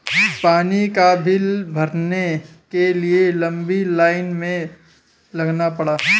पानी का बिल भरने के लिए लंबी लाईन में लगना पड़ा